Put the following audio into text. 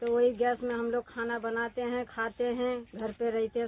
तो वही गैस से हम लोग खाना बनाते हैं खाते हैं घर पर रहते हैं